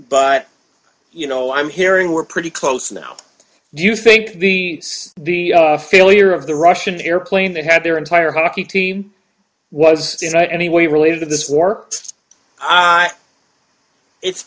but you know i'm hearing we're pretty close now do you think the the failure of the russian airplane that had their entire hockey team was in any way relieved of this war it's